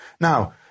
Now